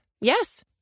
Yes